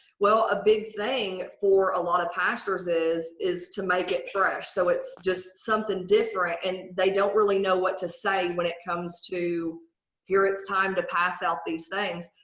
well, a big thing for a lot of pastors is is to make it trash. so it's just something different and they don't really know what to say when it comes to here it's time to pass out these things.